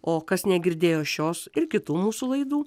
o kas negirdėjo šios ir kitų mūsų laidų